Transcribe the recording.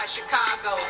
Chicago